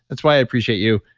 that's why i appreciate you.